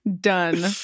Done